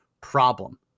problem